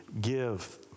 give